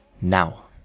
now